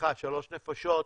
שלוש נפשות,